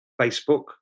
Facebook